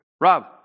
Rob